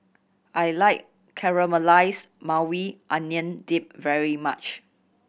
I like Caramelized Maui Onion Dip very much